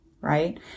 Right